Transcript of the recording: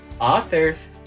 authors